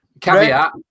Caveat